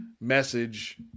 message